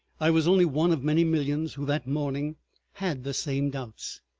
i was only one of many millions who that morning had the same doubts.